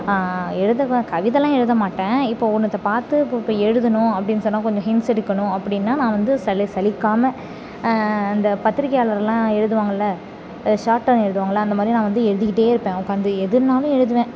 எழுதுவேன் கவிதைலான் எழுத மாட்டேன் இப்போது ஒன்னுத்தை பார்த்து இப்போ இப்போ எழுதணும் அப்படினு சொன்னால் கொஞ்சோம் ஹிண்ட்ஸ் எடுக்கணும் அப்படினா நான் வந்து சலி சலிக்காமல் அந்த பத்திரிகையாளர்லாம் எழுதுவாங்கள்லை ஷார்ட்டர்ன் எழுதுவாங்கள்லை அந்த மாதிரி நான் வந்து எழுதிகிட்டே இருப்பேன் உக்கார்ந்து எதுனாலும் எழுதுவேன்